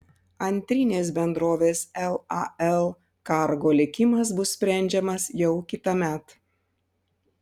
antrinės bendrovės lal cargo likimas bus sprendžiamas jau kitąmet